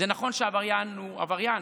זה נכון שעבריין הוא עבריין,